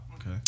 okay